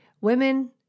women